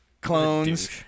clones